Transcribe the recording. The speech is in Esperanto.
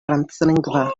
franclingva